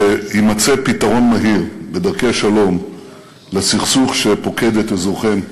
שיימצא פתרון מהיר בדרכי שלום לסכסוך שפוקד את אזורכם.